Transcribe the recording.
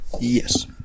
Yes